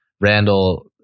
Randall